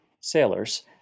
sailors